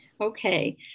Okay